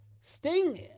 Sting